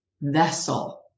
vessel